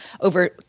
over